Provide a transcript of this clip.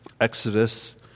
Exodus